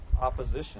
opposition